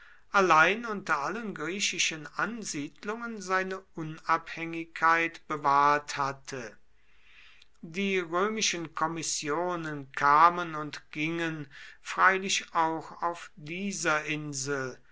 allein unter allen griechischen ansiedlungen seine unabhängigkeit bewahrt hatte die römischen kommissionen kamen und gingen freilich auch auf dieser insel